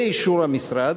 באישור המשרד,